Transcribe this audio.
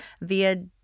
via